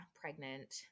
pregnant